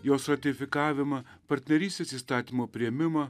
jos ratifikavimą partnerystės įstatymo priėmimą